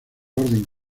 orden